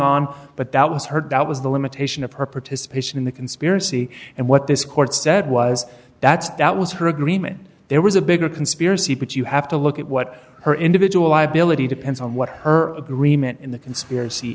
on but that was her that was the limitation of her participation in the conspiracy and what this court said was that's that was her agreement there was a bigger conspiracy but you have to look at what her individual liability depends on what her agreement in the conspiracy